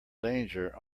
danger